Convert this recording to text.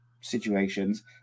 situations